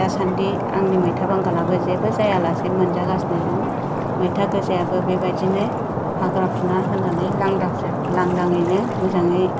दासान्दि आंनि मैथा बांगालाबो जेबो जायालासे मोनजागासिनो दं मैथा गोजायाबो बेबायदिनो हाग्रा फुना होनानै लांदां जाना लांदाङैनो मोजाङै